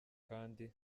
kandi